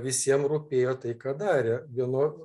visiem rūpėjo tai ką darė vieno